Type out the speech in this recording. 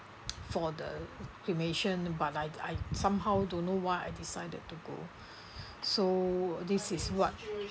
for the cremation but like I somehow don't know why I decided to go so this is what